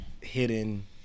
hidden